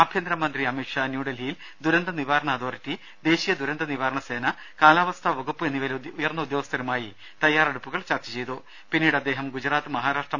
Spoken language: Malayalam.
ആഭ്യന്തര മന്ത്രി അമിത്ഷാ ന്യൂഡൽഹിയിൽ ദുരന്ത നിവാരണ അതോറിറ്റി ദേശീയ ദുരന്ത നിവാരണ സേന കാലാവസ്ഥാ വകുപ്പ് എന്നിവയിലെ ഉയർന്ന ഉദ്യോസ്ഥരുമായി തയാറെടുപ്പുകൾ ചർച്ച അദ്ദേഹം ഗുജറാത്ത് മഹാരാഷ്ട്ര ചെയതു